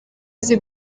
azi